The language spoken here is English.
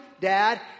Dad